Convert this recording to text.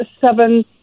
seven